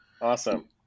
awesome